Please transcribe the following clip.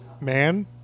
Man